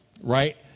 right